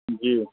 जी